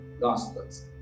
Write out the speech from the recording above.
Gospels